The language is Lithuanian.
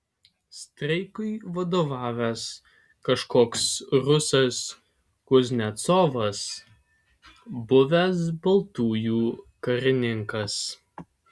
streikui vadovavęs kažkoks rusas kuznecovas buvęs baltųjų karininkas